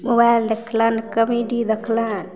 mobile देखलनि comedy देखलनि